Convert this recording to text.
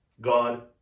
God